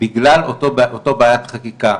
בגלל אותה בעיית חקיקה.